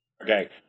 Okay